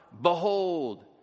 Behold